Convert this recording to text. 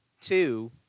two